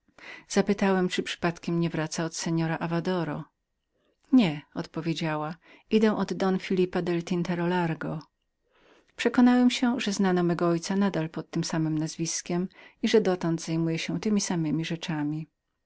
zapytałem czyli przypadkiem nie wracała od pana avadoro nie oddowiedziałaodpowiedziała idę od don filipa del tintero largo przekonałem się że znano mego ojca zawsze pod tem samem nazwiskiem i że dotąd zajmuje się temi samemi rzeczami